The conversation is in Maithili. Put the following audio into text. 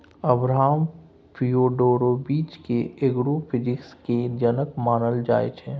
अब्राहम फियोडोरोबिच केँ एग्रो फिजीक्स केर जनक मानल जाइ छै